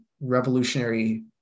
revolutionary